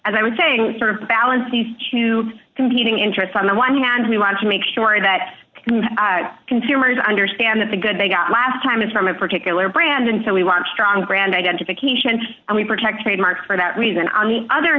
as i was saying sort of balance these two competing interests on the one hand we want to make sure that consumers understand that the good they got last time is from a particular brand and so we want strong brand identification and we protect trademarks for that reason on the other